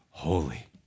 holy